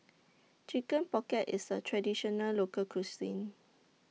Chicken Pocket IS A Traditional Local Cuisine